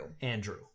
Andrew